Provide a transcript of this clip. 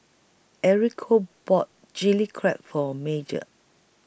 Enrico bought Chili Crab For Major